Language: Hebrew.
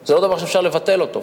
זה לא דבר שאפשר לבטל אותו,